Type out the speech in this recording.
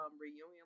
reunion